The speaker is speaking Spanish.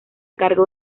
cargo